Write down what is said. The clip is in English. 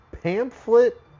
pamphlet